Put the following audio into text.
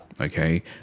Okay